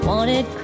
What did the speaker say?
wanted